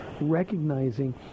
recognizing